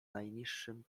najniższym